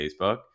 Facebook